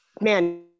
man